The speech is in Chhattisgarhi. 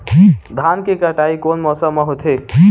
धान के कटाई कोन मौसम मा होथे?